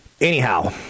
Anyhow